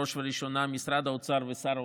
בראש ובראשונה משרד האוצר ושר האוצר,